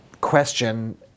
question